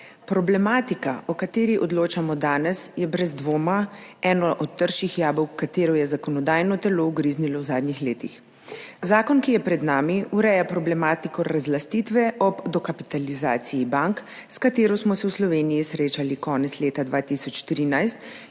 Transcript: Problematika, o kateri odločamo danes, je brez dvoma eno od trših jabolk, v katero je zakonodajno telo ugriznilo v zadnjih letih. Zakon, ki je pred nami, ureja problematiko razlastitve ob dokapitalizaciji bank, s katero smo se v Sloveniji srečali konec leta 2013,